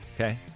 Okay